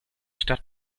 stadt